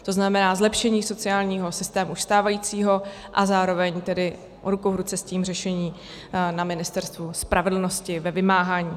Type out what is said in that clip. To znamená zlepšení sociálního systému stávajícího a zároveň tedy ruku v ruce s tím řešení na Ministerstvu spravedlnosti ve vymáhání.